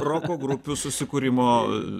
roko grupių susikūrimo